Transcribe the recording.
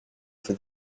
for